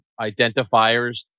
identifiers